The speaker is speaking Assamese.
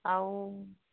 আৰু